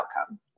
outcome